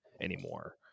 anymore